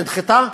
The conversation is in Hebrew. נדחתה?